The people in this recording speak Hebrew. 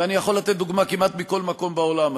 ואני יכול לתת דוגמה כמעט מכל מקום בעולם.